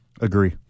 Agree